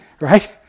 right